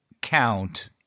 count